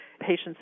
patients